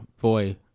boy